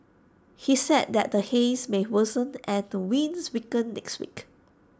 he said that the haze may worsen and the winds weaken next week